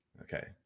Okay